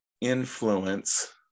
influence